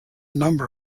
number